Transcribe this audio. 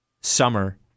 summer